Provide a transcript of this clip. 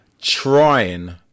trying